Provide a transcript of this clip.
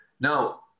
Now